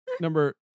number